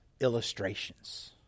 illustrations